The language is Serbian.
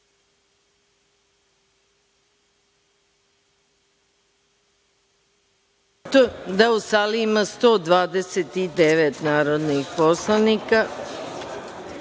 da u sali ima 129 narodnih poslanika.